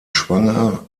schwanger